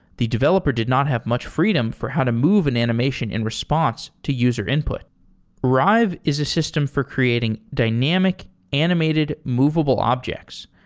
the developer did not have much freedom for how to move an animation in response to user input rive is a system for creating dynamic, animated movable objects.